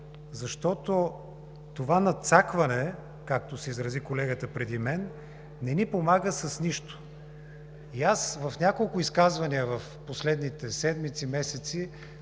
защото това „надцакване“, както се изрази колегата преди мен, не ни помага с нищо. В няколко изказвания в последните седмици, месеци